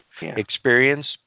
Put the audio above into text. experience